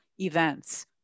events